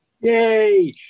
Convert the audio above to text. Yay